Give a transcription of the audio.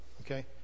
Okay